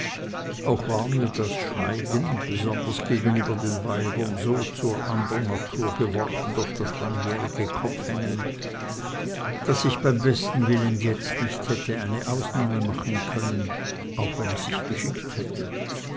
auch war mir das schweigen besonders gegenüber den weibern so zur anderen natur geworden durch das langjährige kopfhängen daß ich beim besten willen jetzt nicht hätte eine ausnahme machen können auch wenn es sich geschickt hätte